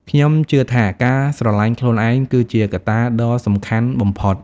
ខ្ញុំជឿថាការស្រឡាញ់ខ្លួនឯងគឺជាកត្តាដ៏សំខាន់បំផុត។